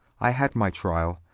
i had my tryall,